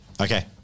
Okay